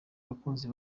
abakunzi